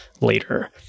later